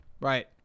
Right